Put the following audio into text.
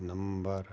number